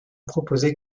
proposé